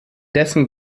dessen